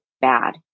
bad